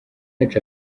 yacu